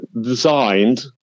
designed